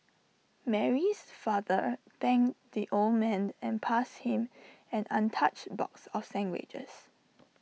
Mary's father thanked the old man and passed him an untouched box of sandwiches